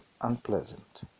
unpleasant